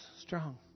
strong